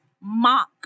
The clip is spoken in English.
Mock